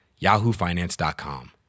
yahoofinance.com